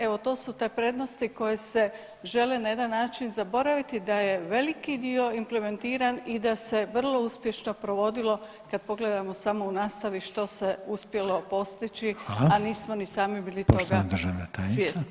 Evo to su te prednosti koje se žele na jedan način zaboraviti da je veliki dio implementiran i da se vrlo uspješno provodilo kad pogledamo samo u nastavi što se uspjelo postići, a nismo ni sami bili toga svjesni.